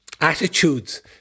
attitudes